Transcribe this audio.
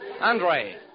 Andre